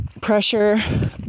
pressure